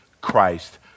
Christ